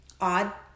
odd